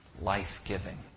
life-giving